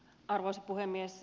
arvoisa puhemies